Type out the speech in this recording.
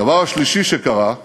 הדבר השלישי שקרה,